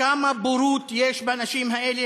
כמה בורות יש באנשים האלה,